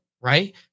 right